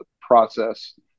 process